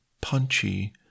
punchy